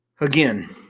again